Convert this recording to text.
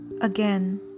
again